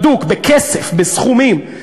בדוק, בכסף, בסכומים,